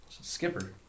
Skipper